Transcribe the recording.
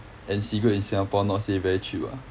and cigarette in singapore not say very cheap ah